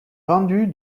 vendu